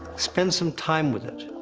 spend some time with it.